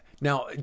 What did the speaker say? now